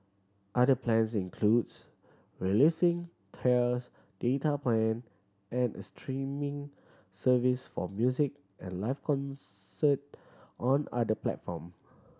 other plans includes releasing tiers data plan and a streaming service for music and live concert on other platform